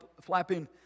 flapping